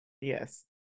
Yes